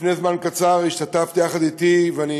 לפני זמן קצר השתתפת יחד אתי, ואני